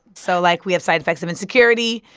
so, like, we have side effects of insecurity.